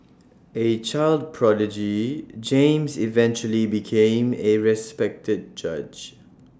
A child prodigy James eventually became A respected judge